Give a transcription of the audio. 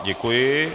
Děkuji.